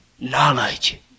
knowledge